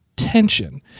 tension